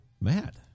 matt